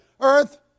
earth